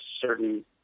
certain